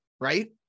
right